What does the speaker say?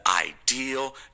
ideal